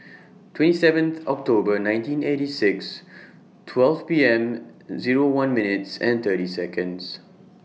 twenty seventh October nineteen eighty six twelve P M Zero one minutes and thirty Seconds